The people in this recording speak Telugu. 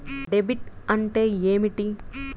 డెబిట్ అంటే ఏమిటి?